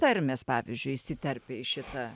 tarmės pavyzdžiui įsiterpia į šitą